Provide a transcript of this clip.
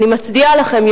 אני מצדיעה לכם,